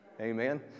Amen